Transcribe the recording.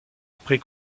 après